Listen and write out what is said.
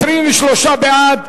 23 בעד.